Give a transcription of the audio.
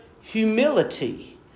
humility